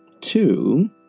two